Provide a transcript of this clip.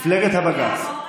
נראה לי שזה יעבור את,